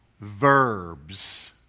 verbs